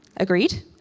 Agreed